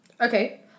okay